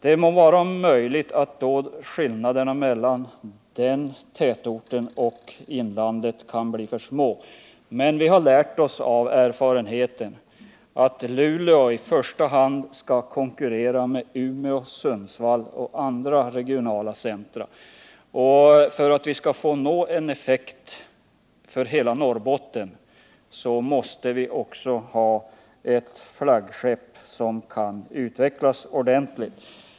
Det må vara möjligt att skillnaderna mellan den tätorten och inlandet kan bli för små, men vi har lärt oss av erfarenheten att Luleå i första hand skall konkurrera med Umeå, Sundsvall och andra regionala centra. För att vi skall nå en effekt för hela Norrbotten måste vi har ett flaggskepp som kan utvecklas ordentligt.